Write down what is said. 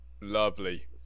Lovely